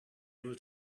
able